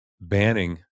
banning